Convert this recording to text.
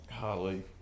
golly